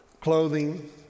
clothing